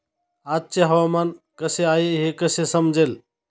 आजचे हवामान कसे आहे हे कसे समजेल?